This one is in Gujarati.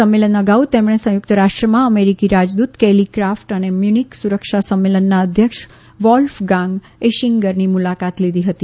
સંમેલન અગાઉ તેમણે સંયુક્ત રાષ્ટ્રમાં અમેરિકી રાજદૂત કેલી ક્રાફ્ટ અને મ્યુનિક સુરક્ષા સંમેલનના અધ્યક્ષ વોલ્ફગાંગ ઇશિન્ગરની મુલાકાત લીધી હતી